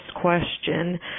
question